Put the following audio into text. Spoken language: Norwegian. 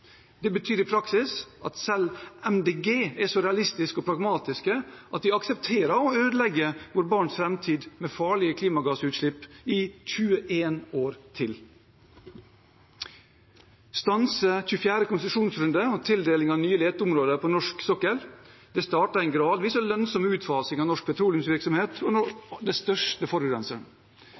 Det betyr i praksis at selv Miljøpartiet De Grønne er så realistiske og pragmatiske at de aksepterer å ødelegge våre barns framtid med farlige klimagassutslipp i 21 år til. Vi vil ha stans i 4. konsesjonsrunde og tildeling av nye leteområder på norsk sokkel ved å starte en gradvis og lønnsom utfasing av norsk petroleumsvirksomhet, som er den største forurenseren.